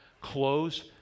close